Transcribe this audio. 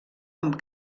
amb